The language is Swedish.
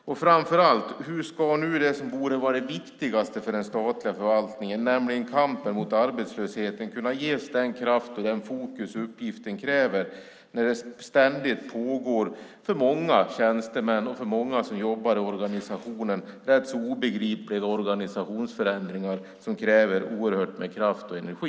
Och framför allt: Hur ska nu det som borde vara det viktigaste för den statliga förvaltningen, nämligen kampen mot arbetslösheten, kunna ges den kraft och det fokus som uppgiften kräver när det ständigt pågår för många tjänstemän och andra som jobbar i organisationen rätt så obegripliga organisationsförändringar som kräver oerhört mycket kraft och energi?